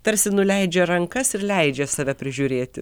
tarsi nuleidžia rankas ir leidžia save prižiūrėti